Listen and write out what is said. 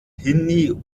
hindi